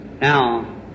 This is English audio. Now